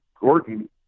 Gordon